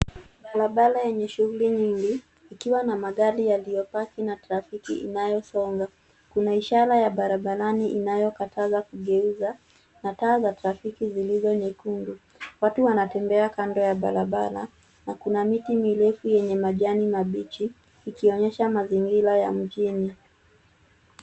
Barabara yenye shughuli nyingi ikiwa na magari yaliyopaki na trafiki inayosonga kuna ishara ya barabarani inayokataza kugeuza na taa trafiki zilizo nyekundu. Watu wanatembea kando ya barabara na kuna miti mirefu yenye majani mabichi ikionyesha mazingira ya mjini.